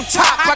top